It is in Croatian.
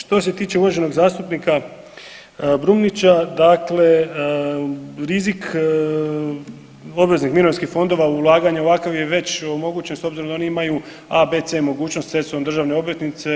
Što se tiče uvaženog zastupnika Brumnića, dakle rizik obveznih mirovinskih fondova ulaganje u ovakav je već omogućen s obzirom da oni imaju A, B, C mogućnost posredstvom državne obveznice.